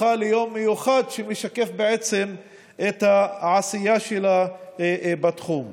זוכה ליום מיוחד שמשקף את עשייתה בתחום.